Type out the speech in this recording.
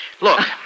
Look